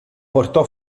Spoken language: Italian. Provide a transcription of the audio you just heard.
portò